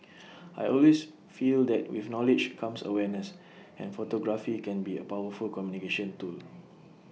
I always feel that with knowledge comes awareness and photography can be A powerful communication tool